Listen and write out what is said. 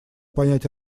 понять